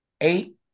Eight